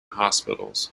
hospitals